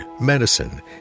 medicine